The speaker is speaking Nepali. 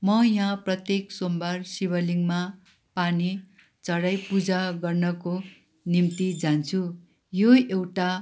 म यहाँ प्रत्येक सोमबार शिवलिङ्गमा पानी चढाई पुजा गर्नको निम्ति जान्छु यो एउटा